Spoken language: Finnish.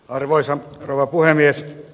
arvoisa rouva puhemies